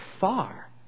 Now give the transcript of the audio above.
far